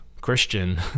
Christian